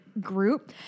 group